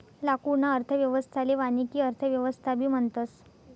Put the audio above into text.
लाकूडना अर्थव्यवस्थाले वानिकी अर्थव्यवस्थाबी म्हणतस